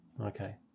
Okay